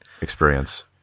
experience